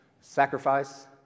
sacrifice